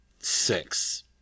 six